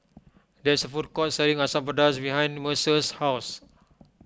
there is a food court selling Asam Pedas behind Mercer's house